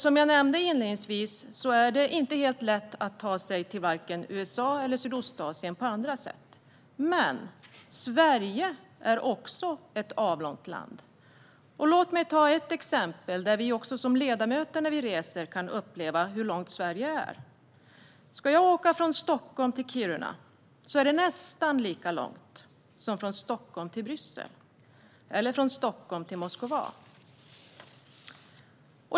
Som jag nämnde inledningsvis är det inte helt lätt att ta sig till vare sig USA eller Sydostasien på andra sätt. Men Sverige är också ett avlångt land. Låt mig ta ett exempel som visar att också vi ledamöter när vi reser kan uppleva hur långt Sverige är. Att åka från Stockholm till Kiruna är nästan lika långt som från Stockholm till Bryssel eller från Stockholm till Moskva.